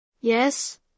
Yes